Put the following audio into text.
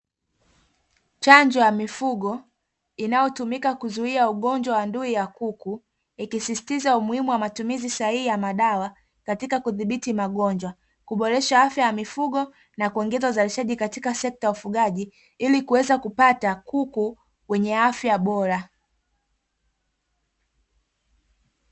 Chanjo ya mifugo inayotumika kuzuia ndui, ugonjwa wa kuku ikisisitiza umuhimu sahihi wa madawa katika kudhibiti magonjwa kuboresha afya za mifugo na kuongeza uzalishaji katika sekta ya ufugaji ilikuweza kupata kuku wenye afya bora.